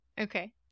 Okay